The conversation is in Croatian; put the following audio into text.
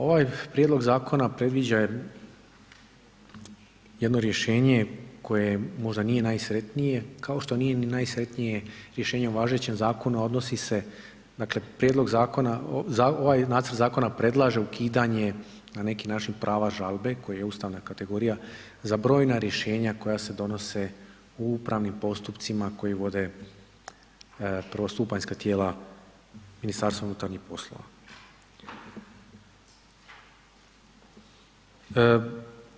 Ovaj prijedlog zakona predviđa jedno rješenje koje možda nije najsretnije kao što nije ni najsretnije rješenje o važećem zakonu, a odnosi se dakle ovaj nacrt zakona predlaže ukidanje na neki način prava žalbe koji je ustavna kategorija za brojna rješenja koja se donose u upravnim postupcima koja vode prvostupanjska tijela MUP-a.